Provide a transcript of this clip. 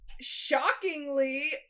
shockingly